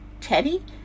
teddy